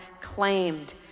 claimed